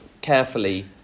carefully